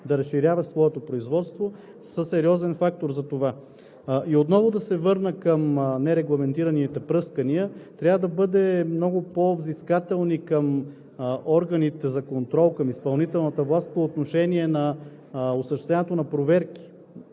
да разширяваш своето производство, са сериозен фактор за това. И отново да се върна към нерегламентираните пръскания. Трябва да бъдем много по-взискателни към органите за контрол – към изпълнителната власт по отношение на осъществяването на проверки.